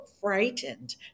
frightened